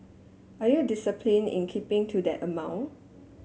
are you discipline in keeping to that amount